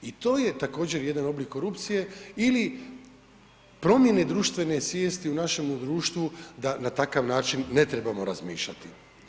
I to je također jedan oblik korupcije ili promjene društvene svijesti u našemu društvu da na takav način ne trebamo razmišljati.